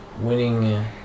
winning